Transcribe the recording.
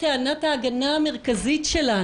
שיכולים להיכנס בתוכה.